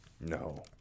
No